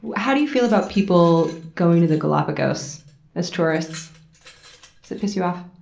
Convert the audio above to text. how do you feel about people going to the galapagos as tourists? does it piss you off?